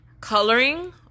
coloring